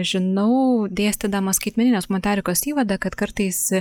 žinau dėstydama skaitmeninės humanitarikos įvadą kad kartais